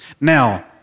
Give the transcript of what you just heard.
Now